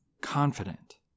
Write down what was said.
confident